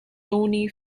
tony